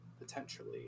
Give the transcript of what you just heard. potentially